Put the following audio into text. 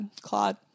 Claude